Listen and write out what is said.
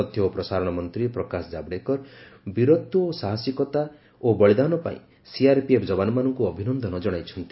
ତଥ୍ୟ ଓ ପ୍ରସାରଣ ମନ୍ତ୍ରୀ ପ୍ରକାଶ ଜାବଡ଼େକର ବୀରତ୍ୱ ସାହସୀକତା ଓ ବଳୀଦାନ ପାଇଁ ସିଆର୍ପିଏଫ୍ ଯବାନମାନଙ୍କୁ ଅଭିବାଦନ ଜଣାଇଛନ୍ତି